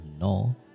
no